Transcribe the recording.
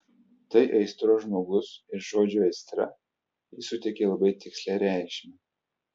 tai aistros žmogus ir žodžiui aistra jis suteikia labai tikslią reikšmę